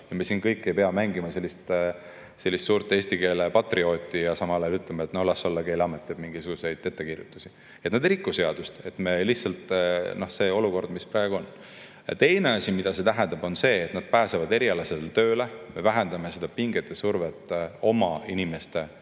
me kõik siin ei pea mängima sellist suurt eesti keele patriooti ja samal ajal ütlema, et no las olla, Keeleamet teeb mingisuguseid ettekirjutusi. Nad ei riku seadust, lihtsalt see on olukord, nagu see praegu on. Teine asi, mida see tähendab, on see, et nad pääsevad erialasele tööle, me vähendame pinget ja survet oma inimeste